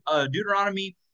Deuteronomy